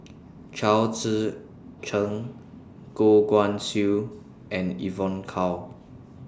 Chao Tzee Cheng Goh Guan Siew and Evon Kow